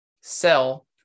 sell